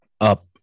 up